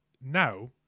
now